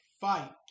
fight